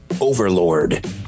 overlord